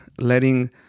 letting